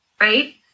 Right